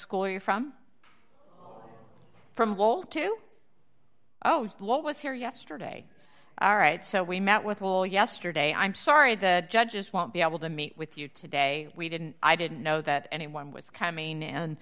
school you from from wall to oh what was here yesterday all right so we met with will yesterday i'm sorry the judge just won't be able to meet with you today we didn't i didn't know that anyone was coming and